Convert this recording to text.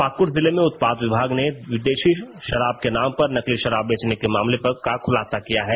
पाक्ड़ जिले में उत्पाद विभाग ने विदेशी शराब के नाम पर नकली शराब बेचने के मामले का खुलासा किया है